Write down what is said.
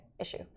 issue